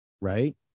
Right